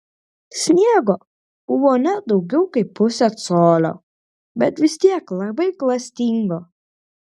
sniego buvo ne daugiau kaip pusė colio bet vis tiek labai klastingo